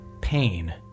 pain